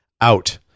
out